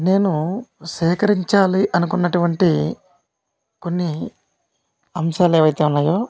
నేను సేకరించాలి అనుకున్నటువంటి కొన్ని అంశాలు ఏవైతే ఉన్నాయో